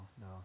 no